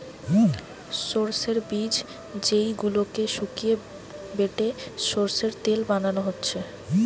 সোর্সের বীজ যেই গুলাকে শুকিয়ে বেটে সোর্সের তেল বানানা হচ্ছে